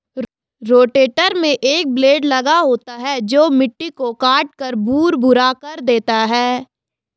rotator में एक blade लगा होता है जो मिट्टी को काटकर भुरभुरा कर देता है